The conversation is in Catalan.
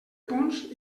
punts